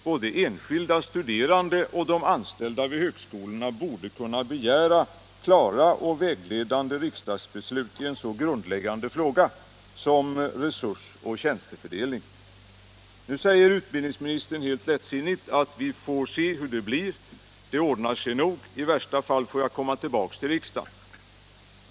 Både enskilda studerande och de anställda vid högskolorna borde kunna begära klara och vägledande riksdagsbeslut i en så grundläggande fråga som resurs och tjänstefördelning. Nu säger utbildningsministern helt lättsinnigt att vi får se hur det blir, det ordnar sig nog. I värsta fall får jag komma tillbaka till riksdagen.